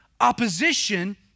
opposition